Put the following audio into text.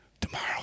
Tomorrow